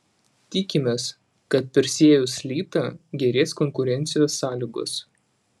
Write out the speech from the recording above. tikimės kad persiejus litą gerės konkurencijos sąlygos